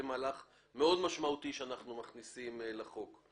זה מהלך משמעותי מאוד שאנחנו מכניסים להצעת החוק.